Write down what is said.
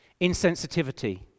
insensitivity